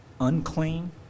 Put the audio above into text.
unclean